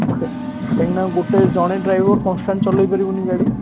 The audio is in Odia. ଓକେ କାହିଁକି ନା ଗୋଟେ ଜଣେ ଡ୍ରାଇଭର୍ କନ୍ଷ୍ଟାଣ୍ଟ୍ ଚଲାଇ ପାରିବନି ଗାଡ଼ି